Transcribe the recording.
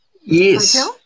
Yes